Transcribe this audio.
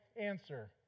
answer